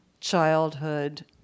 childhood